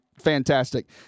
fantastic